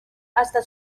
hasta